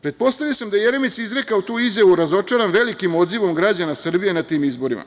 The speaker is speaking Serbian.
Pretpostavio sam da Jeremić je izrekao tu izjavu razočaran velikim odzivom građana Srbije na tim izborima.